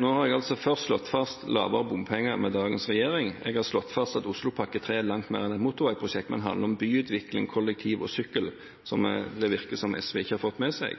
Nå har jeg først slått fast lavere bompenger med dagens regjering, og jeg har slått fast at Oslopakke 3 er langt mer enn et motorveiprosjekt – det handler om byutvikling, kollektivtransport og sykkel, noe det virker som SV ikke har fått med seg.